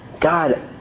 God